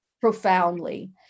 profoundly